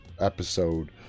episode